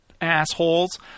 assholes